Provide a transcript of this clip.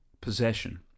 Possession